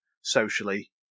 socially